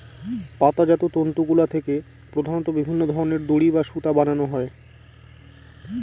পাতাজাত তন্তুগুলা থেকে প্রধানত বিভিন্ন ধরনের দড়ি বা সুতা বানানো হয়